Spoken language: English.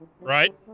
Right